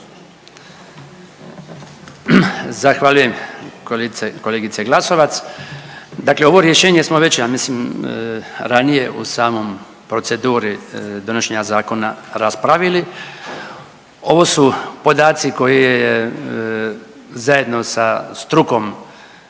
Zahvaljujem kolegice, kolegice Glasovac. Dakle ovo rješenje smo već ja mislim ranije u samoj proceduri donošenja zakona raspravili. Ovo su podaci koje je zajedno sa strukom